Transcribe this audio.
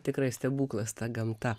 tikrai stebuklas ta gamta